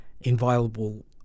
inviolable